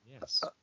Yes